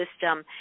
system